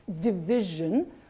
division